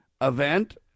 event